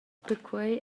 perquei